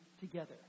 together